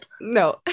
no